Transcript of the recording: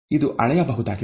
ಇದು ಅಳೆಯಬಹುದಾಗಿದೆ